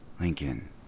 Lincoln